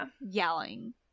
yelling